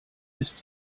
ist